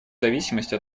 зависимости